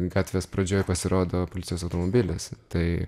gatvės pradžioj pasirodo policijos automobilis tai